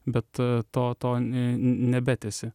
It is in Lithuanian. bet to to n nebetęsi